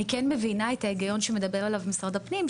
אני כן מבינה את ההיגיון שמדבר עליו משרד הפנים,